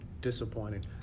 disappointing